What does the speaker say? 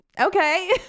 okay